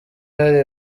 hari